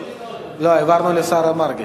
העברנו למרגי.